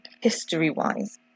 history-wise